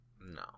No